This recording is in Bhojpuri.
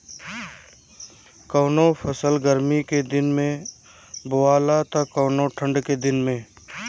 कवनो फसल गर्मी के दिन में बोआला त कवनो ठंडा के दिन में